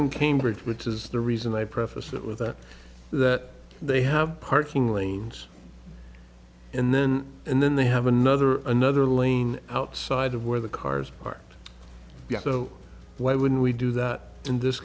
in cambridge which is the reason i preface it with that that they have parking lanes and then and then they have another another lane outside of where the cars parked so why wouldn't we do that in this